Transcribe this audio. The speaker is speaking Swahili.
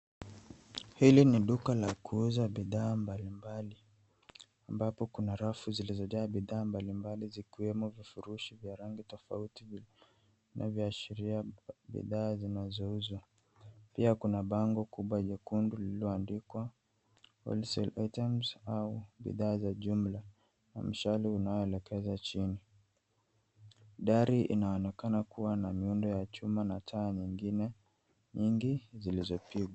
Hili ni duka la kuuza bidhaa mbalimbali ambapo kuna rafu zilizojaa bidhaa mbalimbali; zikiwemo vifurushi vya rangi tofauti vinavyoashiria bidhaa zinazouzwa. Pia kuna bango kubwa jekundu lililoandikwa Wholesale items au bidhaa za jumla na mshale unaoelekeza chini. Dari inaonekana kuwa na muundo ya chuma na taa nyingine nyingi zilizopigwa.